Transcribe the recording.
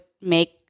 make